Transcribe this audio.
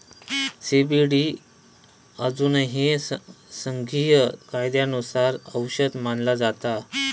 CBD अजूनही संघीय कायद्यानुसार औषध मानला जाता